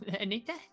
Anita